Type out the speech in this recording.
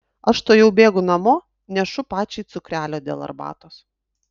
aš tuojau bėgu namo nešu pačiai cukrelio dėl arbatos